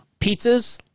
pizzas